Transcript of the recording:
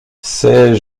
sais